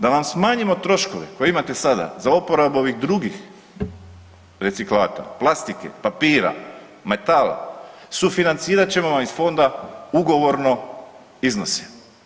Da vam smanjimo troškove koje imate sada za oporabu ovih drugih reciklatora, plastike, papira, metal sufinancirat ćemo iz fonda ugovorno iznose.